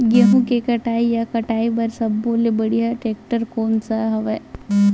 गेहूं के कटाई या कटाई बर सब्बो ले बढ़िया टेक्टर कोन सा हवय?